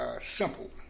Simple